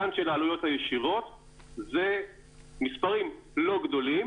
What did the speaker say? הפן של העלויות הישירות זה מספרים לא גדולים